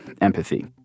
empathy